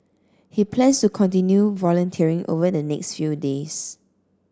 he plans to continue volunteering over the next few days